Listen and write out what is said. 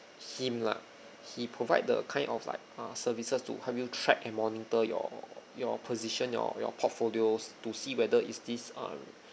him lah he provide the kind of like uh services to help you track and monitor your your position your your portfolios to see whether is this uh